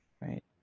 right